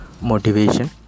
motivation